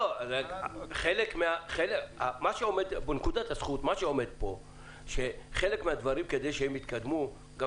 מה שעומד בנקודת הזכות זה שכדי שמשרדי הממשלה יתקדמו בחלק מהדברים,